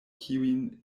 kiujn